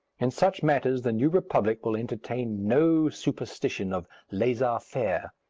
in such matters the new republic will entertain no superstition of laissez faire.